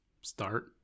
start